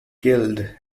killed